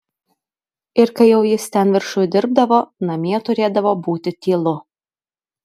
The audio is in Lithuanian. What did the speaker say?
ir kai jau jis ten viršuj dirbdavo namie turėdavo būti tylu